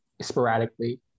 sporadically